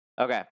Okay